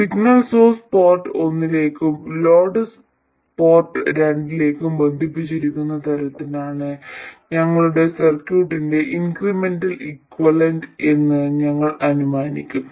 signal source port ഒന്നിലേക്കും load port രണ്ടിലേക്കും ബന്ധിപ്പിച്ചിരിക്കുന്ന തരത്തിലാണ് ഞങ്ങളുടെ സർക്യൂട്ടിന്റെ ഇൻക്രിമെന്റൽ ഇക്വലന്റ് എന്ന് ഞങ്ങൾ അനുമാനിക്കും